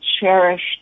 cherished